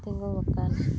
ᱛᱤᱸᱜᱩᱣ ᱟᱠᱟᱱ